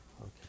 Okay